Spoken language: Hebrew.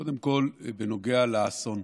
קודם כול, בנוגע לאסון.